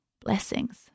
blessings